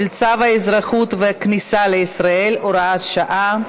צו האזרחות והכניסה לישראל (הוראת שעה)